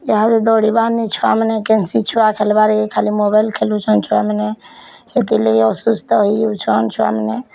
ୟାହାଦେ ଦୌଡ଼ିବା ନେହିଁ ଛୁଆମାନେ କେନ୍ସୀ ଛୁଆ ଖେଲବାର୍ ଖାଲି ମୋବାଇଲ୍ ଖେଲୁଛନ୍ ଛୁଆମାନେ ହେତିର୍ ଲାଗି ଅସୁସ୍ଥ ହେଇଯାଉଛନ୍ ଛୁଆମାନେ